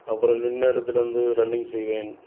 அப்புறம் நின்ற இடத்துலேருந்து ரன்னிங் செய்வேன்